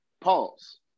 Pause